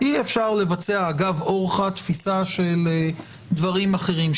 אי-אפשר לבצע אגב אורחא תפיסה של דברים אחרים,